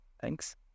thanks